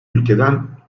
ülkeden